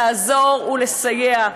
לעזור ולסייע.